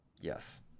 Yes